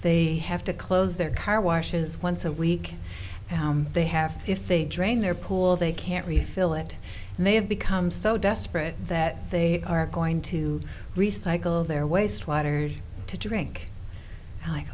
they have to close their car washes once a week they have if they drain their pool they can't refill it and they have become so desperate that they are going to recycle their waste water to drink